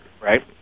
right